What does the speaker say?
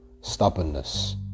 stubbornness